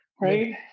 right